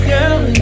Girl